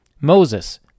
Moses